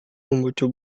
membaca